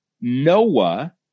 Noah